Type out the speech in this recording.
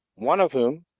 one of whom,